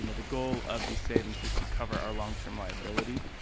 you know the goal of the savings is to cover our long term liability.